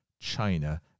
China